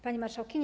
Pani Marszałkini!